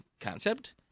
concept